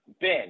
ben